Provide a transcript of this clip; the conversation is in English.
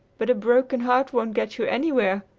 but a broken heart won't get you anywhere.